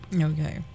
okay